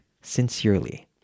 sincerely